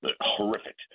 horrific